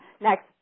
next